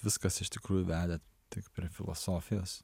viskas iš tikrųjų vedė tik prie filosofijos